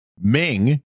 Ming